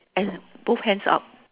and both hands up